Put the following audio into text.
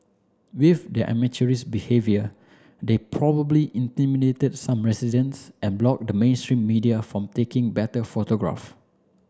with their amateurish behaviour they probably intimidated some residents and blocked the mainstream media from taking better photograph